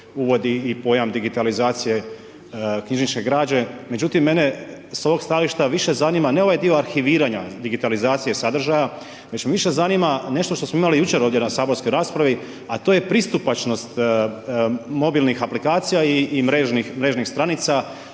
uvodi i pojam digitalizacije knjižnice građe. Međutim, mene s ovog stajališta više zanima, ne ovaj dio arhiviranje digitalizacije sadržaja, već me više zanima, nešto što smo imali jučer ovdje na saborskoj raspravi, a to je pristupačnost mobilnih aplikacija i mrežnih stranica